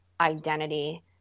identity